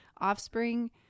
offspring